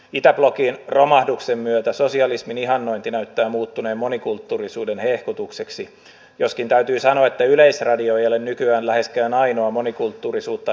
itäblokin romahduksen myötä sosialismin ihannointi näyttää muuttuneen monikulttuurisuuden hehkutukseksi joskin täytyy sanoa että yleisradio ei ole nykyään läheskään ainoa monikulttuurisuutta edistävä tiedotusväline